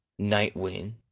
Nightwing